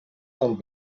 del